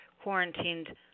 quarantined